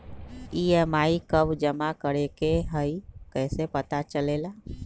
EMI कव जमा करेके हई कैसे पता चलेला?